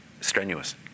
strenuous